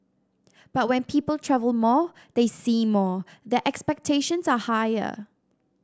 but when people travel more they see more their expectations are higher